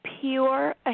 pure